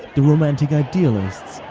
the romantic idealists,